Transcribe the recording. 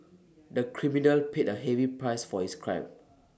the criminal paid A heavy price for his crime